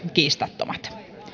kiistattomat